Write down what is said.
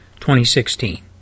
2016